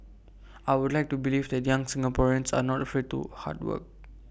I would like to believe that young Singaporeans are not afraid to hard work